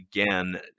Again